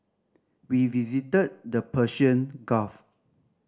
we visited the Persian Gulf